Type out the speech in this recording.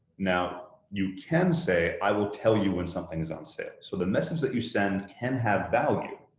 now, you can say i will tell you when something is on sale, so the message that you send can have value,